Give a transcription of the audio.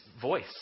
voice